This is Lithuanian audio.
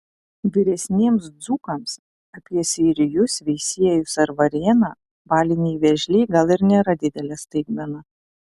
vyresniems dzūkams apie seirijus veisiejus ar varėną baliniai vėžliai gal ir nėra didelė staigmena